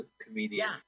comedian